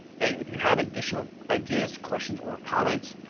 and if you have additional ideas, questions or comments,